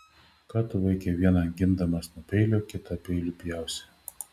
ką tu vaike vieną gindamas nuo peilio kitą peiliu pjausi